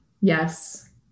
Yes